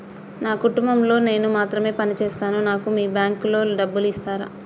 నా కుటుంబం లో నేను మాత్రమే పని చేస్తాను నాకు మీ బ్యాంకు లో డబ్బులు ఇస్తరా?